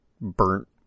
burnt